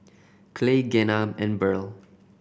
Clay Gena and Burl